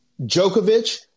Djokovic